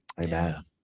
Amen